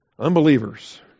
unbelievers